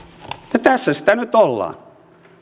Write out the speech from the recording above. tässä sitä nyt ollaan